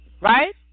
right